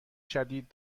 شدید